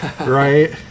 Right